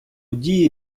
дії